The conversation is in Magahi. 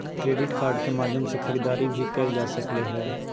क्रेडिट कार्ड के माध्यम से खरीदारी भी कायल जा सकले हें